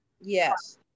Yes